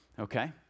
okay